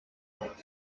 auf